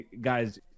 guys